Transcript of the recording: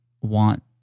want